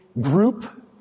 group